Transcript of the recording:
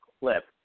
clip